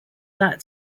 that